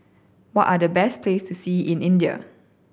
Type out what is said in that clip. what are the best place to see in India